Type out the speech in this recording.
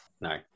No